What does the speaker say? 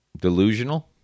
delusional